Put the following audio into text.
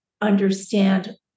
understand